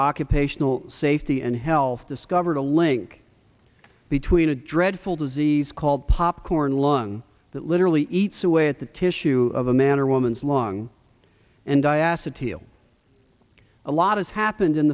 occupational safety and health discovered a link between a dreadful disease called popcorn lung that literally eats away at the tissue of a man or woman's long and i asked you a lot of happened in